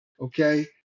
Okay